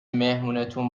مهمونتون